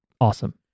awesome